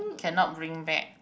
cannot bring back